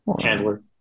handler